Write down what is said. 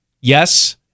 Yes